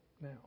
now